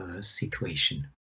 situation